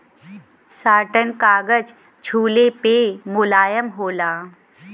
satin कागज छुले पे मुलायम होला